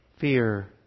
fear